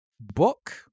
Book